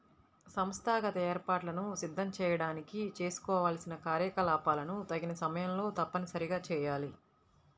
సంస్థాగత ఏర్పాట్లను సిద్ధం చేయడానికి చేసుకోవాల్సిన కార్యకలాపాలను తగిన సమయంలో తప్పనిసరిగా చేయాలి